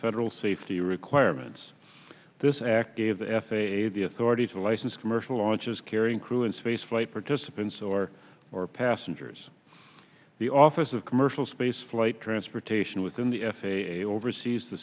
federal safety requirements this act gave the f a a the authority to license commercial launches carrying crew and space flight participants or or passengers the office of commercial space flight transferred station within the f a a oversees the